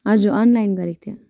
हजुर अनलाइन गरेको थियो